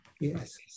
yes